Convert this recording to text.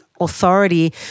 authority